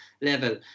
level